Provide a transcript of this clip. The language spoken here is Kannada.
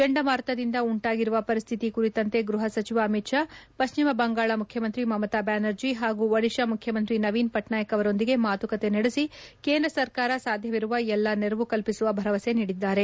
ಚಂಡಮಾರುತದಿಂದ ಉಂಟಾಗಿರುವ ಪರಿಸ್ಥಿತಿ ಕುರಿತಂತೆ ಗ್ಲಪ ಸಚಿವ ಅಮಿತ್ ಶಾ ಪಶ್ಚಿಮ ಬಂಗಾಳ ಮುಖ್ಯಮಂತ್ರಿ ಮಮತಾ ಬ್ದಾನರ್ಜಿ ಪಾಗೂ ಒಡಿಶಾ ಮುಖ್ಯಮಂತ್ರಿ ನವೀನ್ ಪಟ್ನಾಯಕ್ ಅವರೊಂದಿಗೆ ಮಾತುಕತೆ ನಡೆಸಿ ಕೇಂದ್ರ ಸರ್ಕಾರ ಸಾಧ್ಯವಿರುವ ಎಲ್ಲಾ ನೆರವು ಕಲ್ಪಿಸುವ ಭರವಸೆ ನೀಡಿದ್ದಾರೆ